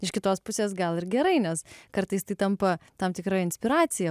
iš kitos pusės gal ir gerai nes kartais tai tampa tam tikra inspiracija